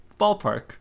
ballpark